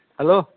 hello